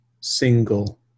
single